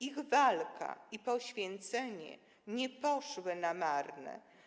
Ich walka i poświęcenie nie poszły na marne.